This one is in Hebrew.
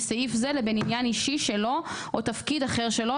סעיף זה לבין עניין אישי שלו או תפקיד אחר שלו,